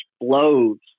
explodes